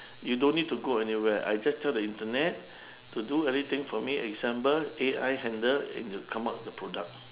you don't need to go anywhere I just tell the internet to do everything for me example A_I handle and it will come up the products